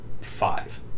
five